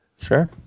Sure